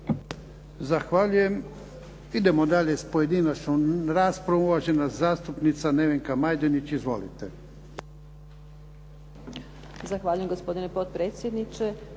Zahvaljujem. Idemo dalje sa pojedinačnom raspravom. Uvažena zastupnica Nevenka Majdenić. Izvolite.